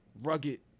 rugged